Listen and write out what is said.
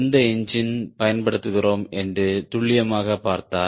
எந்த என்ஜின் பயன்படுத்துகிறோம் என்று துள்ளியமாக பார்த்தால்